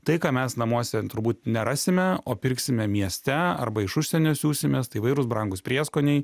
tai ką mes namuose turbūt nerasime o pirksime mieste arba iš užsienio siųsimės tai įvairūs brangūs prieskoniai